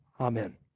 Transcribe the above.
Amen